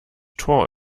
tor